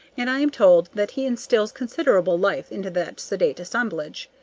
and i am told that he instills considerable life into that sedate assemblage.